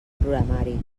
programari